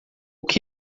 que